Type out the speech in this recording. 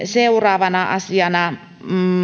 seuraavana asiana